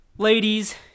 Ladies